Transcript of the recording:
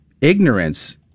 ignorance